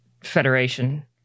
Federation